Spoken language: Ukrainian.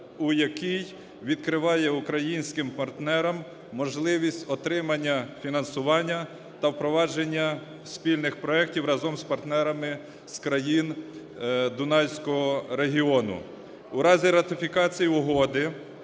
у якій відкриває українським партнерам можливість отримання фінансування та впровадження спільних проектів разом з партнерами з країн Дунайського регіону. В разі ратифікації угоди